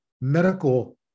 medical